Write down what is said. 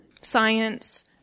science